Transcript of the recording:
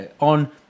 On